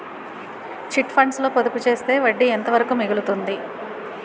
Chit funds లో పొదుపు చేస్తే వడ్డీ ఎంత వరకు మిగులుతుంది?